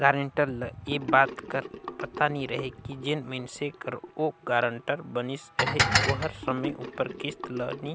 guarantor ल ए बात कर पता नी रहें कि जेन मइनसे कर ओ गारंटर बनिस अहे ओहर समे उपर किस्त ल नी